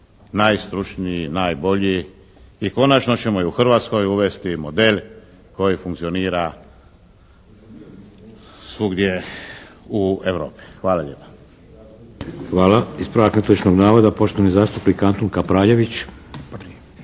najstručniji, najbolji i konačno ćemo i u Hrvatskoj uvesti model koji funkcionira svugdje u Europi. Hvala lijepa. **Šeks, Vladimir (HDZ)** Hvala. Ispravak netočnog navoda poštovani zastupnik Antun Kapraljević.